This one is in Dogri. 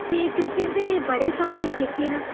ते क्रिक्रेट दे बड़े सारे जेह्के न